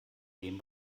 dem